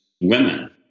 women